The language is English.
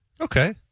Okay